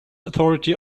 authority